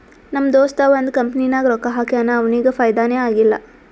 ನಮ್ ದೋಸ್ತ ಒಂದ್ ಕಂಪನಿನಾಗ್ ರೊಕ್ಕಾ ಹಾಕ್ಯಾನ್ ಅವ್ನಿಗ ಫೈದಾನೇ ಆಗಿಲ್ಲ